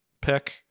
pick